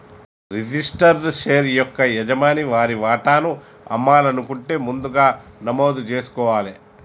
registered share యొక్క యజమాని వారి వాటాను అమ్మాలనుకుంటే ముందుగా నమోదు జేసుకోవాలే